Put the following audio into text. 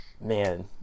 man